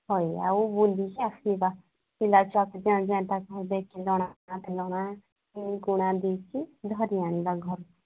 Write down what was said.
ହଉ ଆଉ ବୁଲିକି ଆସିବା ପିଲା ଛୁଆ ତାଙ୍କୁ ଦେଖି ଜଣା ନଥିଲା ନା ଧରି ଆଣିବା ଘରକୁ